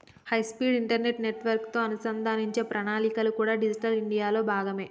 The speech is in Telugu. హైస్పీడ్ ఇంటర్నెట్ నెట్వర్క్లతో అనుసంధానించే ప్రణాళికలు కూడా డిజిటల్ ఇండియాలో భాగమే